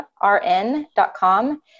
R-N.com